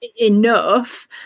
enough